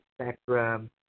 spectrum